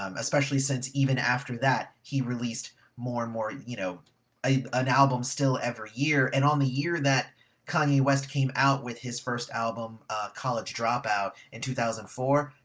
um especially since even after that, he released more and more you know an album still every year and on the year that kanye west came out with his first album college dropout in two thousand and four,